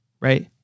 right